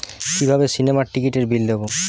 কিভাবে সিনেমার টিকিটের বিল দেবো?